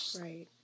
right